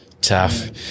Tough